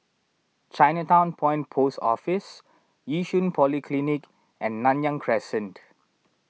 Chinatown Point Post Office Yishun Polyclinic and Nanyang Crescent